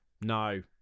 No